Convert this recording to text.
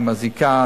היא מזיקה,